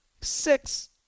Six